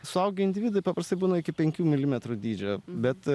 suaugę individai paprastai būna iki penkių milimetrų dydžio bet